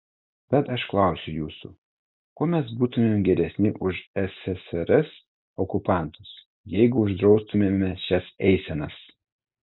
tad aš klausiu jūsų kuo mes būtumėme geresni už ssrs okupantus jeigu uždraustumėme šias eisenas